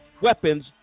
weapons